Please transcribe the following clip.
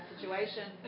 situation